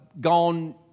gone